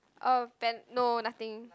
open no nothing